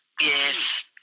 Yes